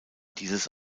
dieses